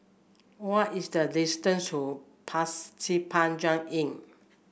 what is the distance to Pasir Panjang Inn